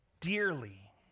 dearly